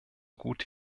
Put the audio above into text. gut